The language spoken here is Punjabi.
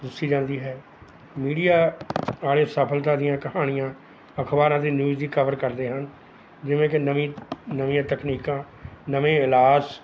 ਦੱਸੀ ਜਾਂਦੀ ਹੈ ਮੀਡੀਆ ਵਾਲੇ ਸਫਲਤਾ ਦੀਆਂ ਕਹਾਣੀਆਂ ਅਖਬਾਰਾਂ ਦੀ ਨਿਊਜ਼ ਵੀ ਕਵਰ ਕਰਦੇ ਹਨ ਜਿਵੇਂ ਕਿ ਨਵੀਂ ਨਵੀਆਂ ਤਕਨੀਕਾਂ ਨਵੇਂ ਇਲਾਜ